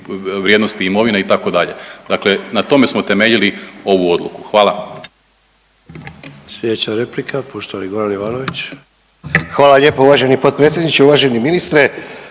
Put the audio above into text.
vrijednosti imovine itd., dakle na tome smo temeljili ovu odluku. Hvala.